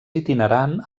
itinerant